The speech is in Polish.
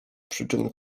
przyczyn